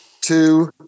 two